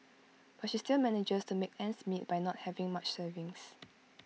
but she still manages to make ends meet by not having much savings